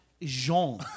jean